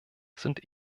sind